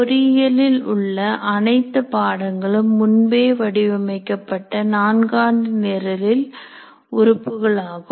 பொறியியலில் உள்ள அனைத்து பாடங்களும் முன்பே வடிவமைக்கப்பட்ட நான்காண்டு நிரலில் உறுப்புகளாகும்